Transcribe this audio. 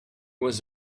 was